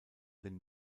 den